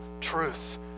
truth